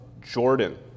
Jordan